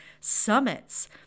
summits